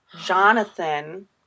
Jonathan